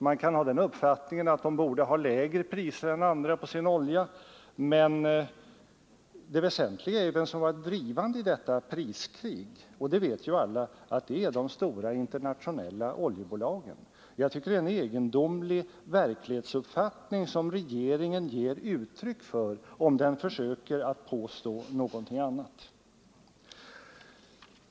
Man kan ha den uppfattningen att Sovjetunionen borde sätta lägre priser än andra på sin olja, men det väsentliga är vem som har varit drivande i detta priskrig. Alla vet ju att det är de stora internationella oljebolagen. Jag tycker det är en egendomlig verklighetsuppfattning som regeringen ger uttryck för, om den försöker att påstå någonting annat.